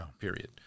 Period